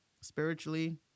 spiritually